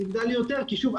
זה יגדל יותר כי שוב,